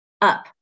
up